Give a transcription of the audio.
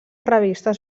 revistes